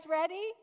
ready